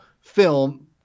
film